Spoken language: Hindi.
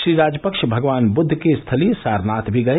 श्री राजपक्ष भगवान बुद्ध की स्थली सारनाथ भी गए